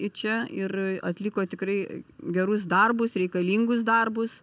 į čia ir atliko tikrai gerus darbus reikalingus darbus